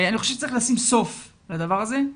אני חושב שצריך לשים סוף לדבר הזה.